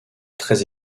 très